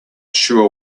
sure